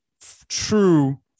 true